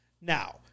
Now